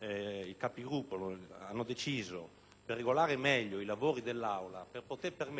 i Capigruppo hanno deciso, per regolare meglio i lavori dell'Aula e per permettere all'Assemblea di lavorare,